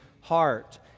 heart